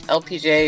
lpj